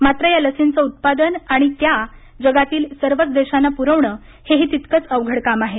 मात्र या लसींचं उत्पादन आणि त्या जगातील सर्वच देशांना पुरवणं हेही तितकंच अवघड काम आहे